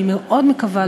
אני מאוד מקווה,